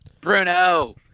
Bruno